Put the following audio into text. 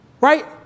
Right